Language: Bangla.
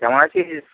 কেমন আছিস